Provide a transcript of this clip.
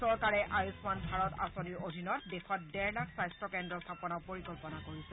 চৰকাৰে আয়ুষ্মান ভাৰত আঁচনিৰ অধীনত দেশত ডেৰ লাখ স্বাস্থ্য কেন্দ্ৰ স্থাপনৰ পৰিকল্পনা কৰিছে